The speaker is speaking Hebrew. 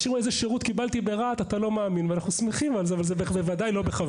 אנחנו שמחים על כך אבל זה בוודאי לא בכוונה.